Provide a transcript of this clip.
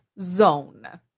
Zone